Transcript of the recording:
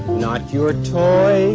not your toys.